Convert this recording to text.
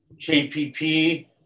JPP